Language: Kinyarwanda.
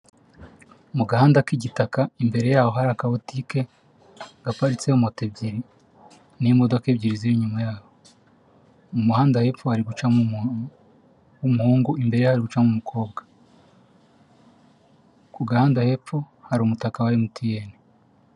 Mu gahanda k'igitaka imbere yaho hari akabotike gaparitseho moto ebyiri n'imodoka ebyiri ziri inyuma yaho. Mu muhanda hepfo hari gumoca umuntu w'umuhungu imbere ye hari gucamo umukobwa. Ku gahanda hepfo hari umutaka wa MTN.